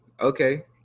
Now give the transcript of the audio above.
okay